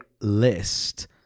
list